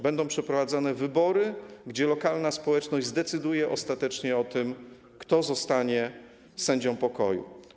Będą przeprowadzane wybory, w których lokalna społeczność zdecyduje ostatecznie o tym, kto zostanie sędzią pokoju.